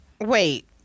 Wait